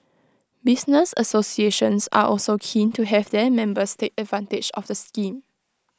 business associations are also keen to have their members take advantage of the scheme